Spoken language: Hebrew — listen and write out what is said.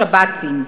לשב"צים.